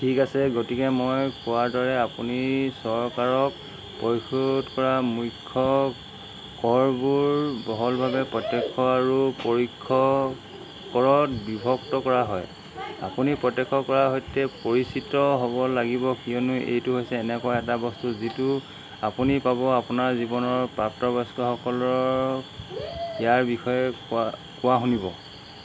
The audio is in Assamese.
ঠিক আছে গতিকে মই কোৱাৰ দৰে আপুনি চৰকাৰক পৰিশোধ কৰা মুখ্য় কৰবোৰ বহলভাবে প্ৰত্য়ক্ষ আৰু পৰোক্ষ কৰত বিভক্ত কৰা হয় আপুনি প্ৰত্য়ক্ষ কৰৰ সৈতে পৰিচিত হ'ব লাগিব কিয়নো এইটো হৈছে এনেকুৱা এটা বস্তু যিটো আপুনি পাব আপোনাৰ জীৱনৰ প্ৰাপ্তবয়স্কসকলক ইয়াৰ বিষয়ে কোৱা কোৱা শুনিব